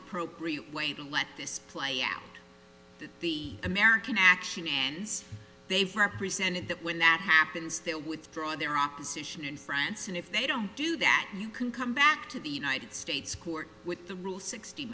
appropriate way to let this play out the american action as they've represented that when that happens their withdraw their opposition france and if they don't do that you can come back to the united states court with the rule sixt